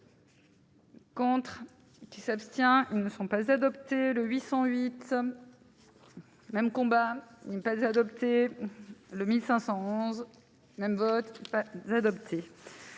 Contre qui s'abstient, ils ne sont pas adoptés le 808 même combat, il n'est pas adopté le MD 11 même vote pas adopté.